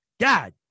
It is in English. god